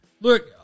Look